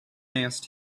asked